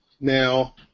Now